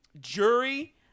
jury